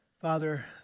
Father